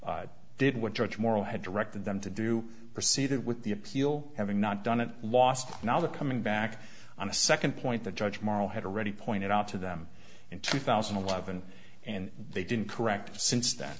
never did what judge morell had directed them to do proceeded with the appeal having not done it last now they're coming back on a second point the judge moral had already pointed out to them in two thousand and eleven and they didn't correct since th